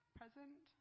present